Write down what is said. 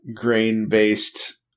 grain-based